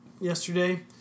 yesterday